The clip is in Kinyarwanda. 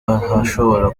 hashobora